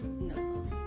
No